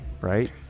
Right